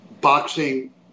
boxing